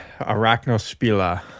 Arachnospila